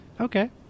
Okay